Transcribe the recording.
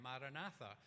Maranatha